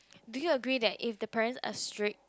do you agree that if the parent are strict